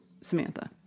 Samantha